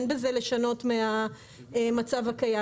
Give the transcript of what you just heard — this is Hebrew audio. אין בזה לשנות מהמצב הקיים.